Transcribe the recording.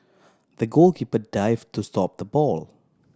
the goalkeeper dive to stop the ball